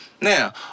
Now